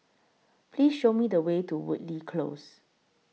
Please Show Me The Way to Woodleigh Close